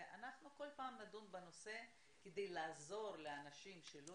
וכל פעם נדון בנושא אחר כדי לעזור לאנשים שלא